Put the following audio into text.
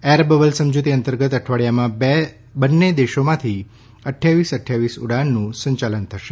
air bubble સમજૂતી અંતર્ગત અઠવાડિયામાં બંને દેશોમાંથી અફાવીસ અફાવીસ ઉડાનનું સંચાલન થશે